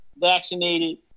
vaccinated